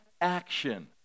action